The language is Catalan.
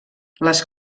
les